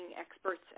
experts